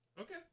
Okay